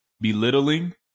belittling